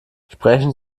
sprechen